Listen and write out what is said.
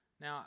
Now